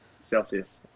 Celsius